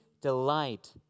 delight